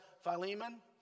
Philemon